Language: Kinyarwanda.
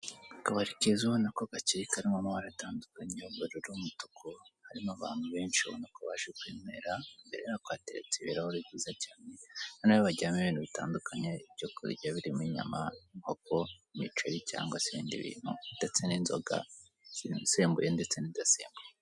Akabari keza ubona ko gakeye karimo amabara atandukanye ubururu, umutuku, harimo abantu benshi ubona ko baje kwinywera, urabona ko hateretsemo ibirahure byiza cyane, noneho bagiramo ibintu bitandukanye, ibyo kunywa birimo inyama, inkoko, imiceri cyangwa se ibindi bintu, indetse n'inzoga izisembuye ndetse n'izidasembuye.